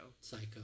Psycho